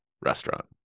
restaurant